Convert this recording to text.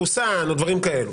מחוסן ודברים כאלה.